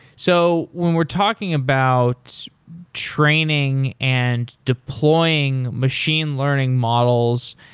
so when we're talking about training and deploying machine learning models,